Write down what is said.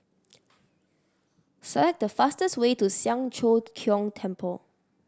select the fastest way to Siang Cho Keong Temple